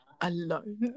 alone